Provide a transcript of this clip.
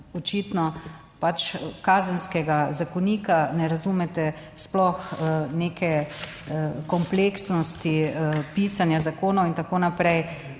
očitno pač Kazenskega zakonika, ne razumete sploh neke kompleksnosti pisanja zakonov in tako naprej.